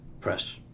press